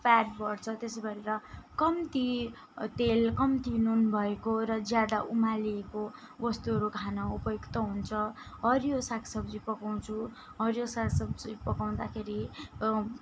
fat बढ्छ त्यसो गरेर कम्ती तेल कम्ती नुन भएको र ज्यादा उमालिएको बस्तुहरू खान उपयुक्त हुन्छ हरियो सागसब्जी पकाउँछु हरियो सागसब्जी पकाउँदाखेरि